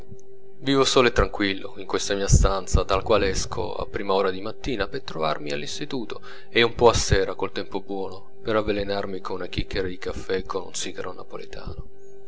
vivo solo e tranquillo in questa mia stanza dalla quale esco a prima ora di mattina per trovarmi all'istituto e un po a sera col tempo buono per avvelenarmi con una chicchera di caffè